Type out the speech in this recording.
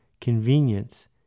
convenience